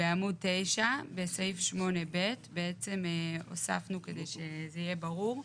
בעמוד 9 בסעיף 8(ב) בעצם הוספנו כדי שזה יהיה ברור,